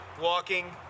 walking